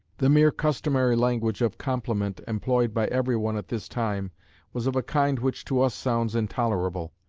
the mere customary language of compliment employed by every one at this time was of a kind which to us sounds intolerable.